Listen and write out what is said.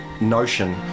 notion